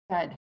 Good